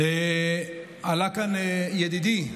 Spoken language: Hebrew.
עלה כאן ידידי,